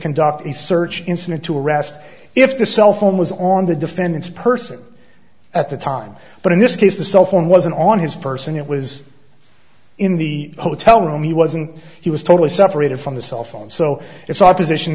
conduct a search incident to arrest if the cell phone was on the defendant's person at the time but in this case the cell phone wasn't on his person it was in the hotel room he wasn't he was totally separated from the cell phone so it's opposition